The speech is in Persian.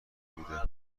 بوده